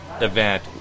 event